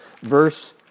verse